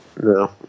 no